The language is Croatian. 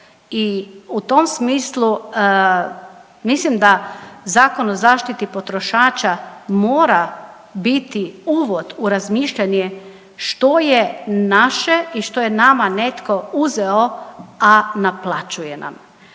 I u tom smislu mislim da Zakon o zaštiti potrošača mora biti uvod u razmišljanje što je naše i što je nama netko uzeo, a naplaćuje nam.